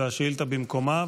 והשאילתה במקומה.